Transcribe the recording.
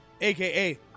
aka